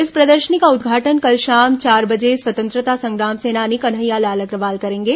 इस प्रदर्शनी का उद्घाटन कल शाम चार बजे स्वतंत्रता संग्राम सेनानी कन्हैयालाल अग्रवाल करेंगे